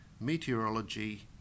meteorology